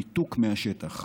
ניתוק מהשטח.